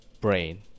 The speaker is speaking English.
brain